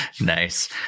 Nice